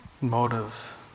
motive